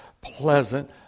pleasant